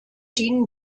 dienen